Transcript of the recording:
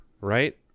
right